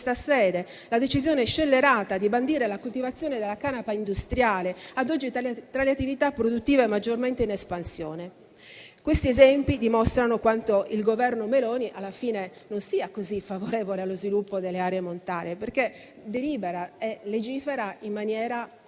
in questa sede - di bandire la coltivazione della canapa industriale, ad oggi tra le attività produttive maggiormente in espansione. Questi esempi dimostrano quanto il Governo Meloni alla fine non sia così favorevole allo sviluppo delle aree montane, perché delibera e legifera in maniera